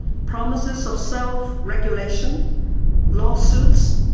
promises of self-regulation, lawsuits,